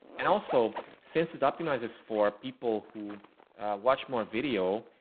and also, since this optimizes for people who watch more video,